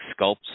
sculpts